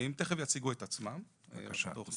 הם תיכף יציגו את עצמם, רשות האוכלוסין,